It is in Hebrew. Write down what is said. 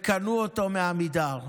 וקנו אותו מעמידר.